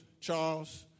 Charles